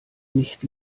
nicht